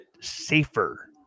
safer